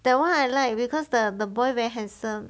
that [one] I like because the the boy very handsome